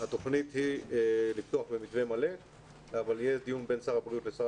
התוכנית היא לפתוח במתווה מלא אבל יהיה דיון בין שר הבריאות לשר